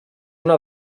una